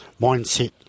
mindset